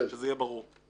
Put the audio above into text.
שזה יהיה ברור.